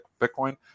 Bitcoin